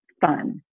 fun